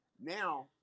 Now